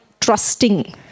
trusting